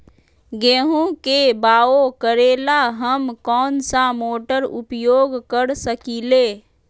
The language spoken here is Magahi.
गेंहू के बाओ करेला हम कौन सा मोटर उपयोग कर सकींले?